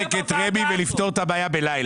אפשר לפרק את רמ"י ולפתור את הבעיה בלילה.